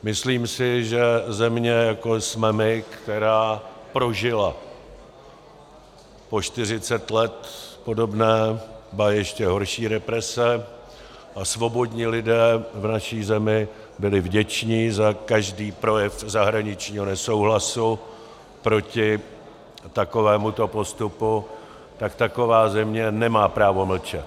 Myslím si, že země, jako jsme my, která prožívala po čtyřicet let podobné, ba ještě horší represe, a svobodní lidé v naší zemi byli vděční za každý projev zahraničního nesouhlasu proti takovémuto postupu, tak taková země nemá právo mlčet.